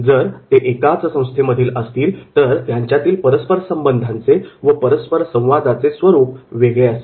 जर ते एकाच संस्थेमधील असतील तर त्यांच्यातील परस्पर संबंधांचे व परस्पर संवादाचे स्वरूप वेगळे असेल